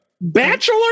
Bachelor